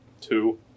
two